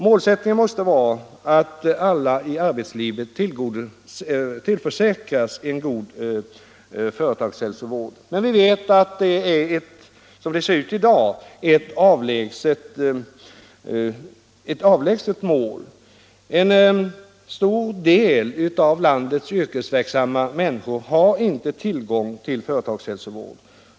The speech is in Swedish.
Målet måste vara att alla i irbetslivet tillförsäkras en god företagshälsovård. Men vi vet att det, som det ser ut i dag, är ett avlägset mål. En stor del av landets yrkesverksamma människor har inte tillgång till företagshälsovård.